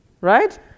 right